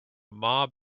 mob